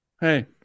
Hey